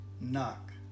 knock